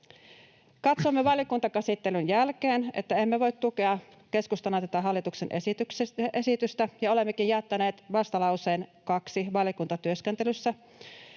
Katsoimme valiokuntakäsittelyn jälkeen, että emme voi tukea keskustana tätä hallituksen esitystä, ja olemmekin jättäneet vastalauseen 2 valiokuntatyöskentelyssä.